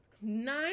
nine